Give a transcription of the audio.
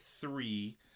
three